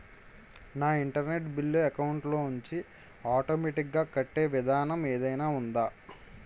నా internet bill account లోంచి automatic గా కట్టే విధానం ఏదైనా ఉందా?